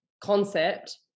concept